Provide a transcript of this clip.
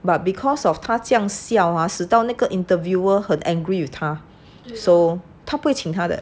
but because of 他这样笑 ah 使到那个 interviewer 很 angry with 他 so 他不会请他的